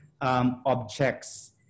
objects